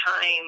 time